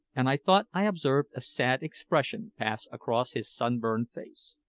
and i thought i observed a sad expression pass across his sunburned face.